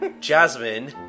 Jasmine